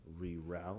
reroute